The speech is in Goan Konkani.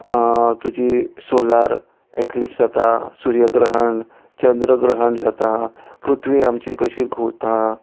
तुजी सोलार एक्लिप्स जाता सूर्य ग्रहण चंद्र ग्रहण जाता पृथ्वी आमची कशी घुंवता